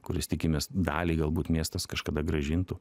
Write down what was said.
kurias tikimės dalį galbūt miestas kažkada grąžintų